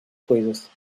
coisas